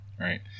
Right